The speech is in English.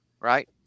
right